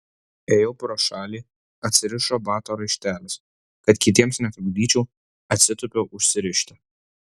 ėjau pro šalį atsirišo bato raištelis kad kitiems netrukdyčiau atsitūpiau užsirišti